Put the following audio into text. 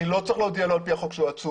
אני לא צריך להודיע לו על פי החוק שהוא עצור.